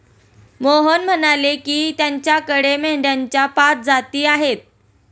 मोहन म्हणाले की, त्याच्याकडे मेंढ्यांच्या पाच जाती आहेत